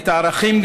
את הערכים,